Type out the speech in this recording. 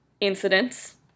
incidents